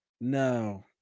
No